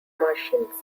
martians